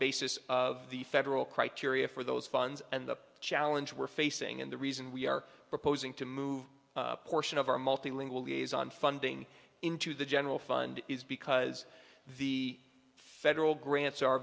basis of the federal criteria for those funds and the challenge we're facing and the reason we are proposing to move portion of our multilingual liaison funding into the general fund is because the federal grants are